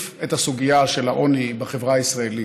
את הסוגיה של העוני בחברה הישראלית.